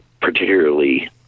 particularly